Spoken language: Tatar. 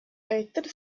әйтер